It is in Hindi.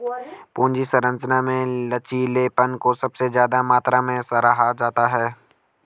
पूंजी संरचना में लचीलेपन को सबसे ज्यादा मात्रा में सराहा जाता है